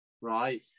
right